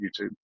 youtube